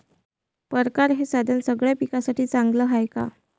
परकारं हे साधन सगळ्या पिकासाठी चांगलं हाये का?